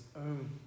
own